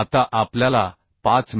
आता आपल्याला 5 मि